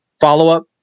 follow-up